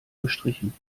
gestrichen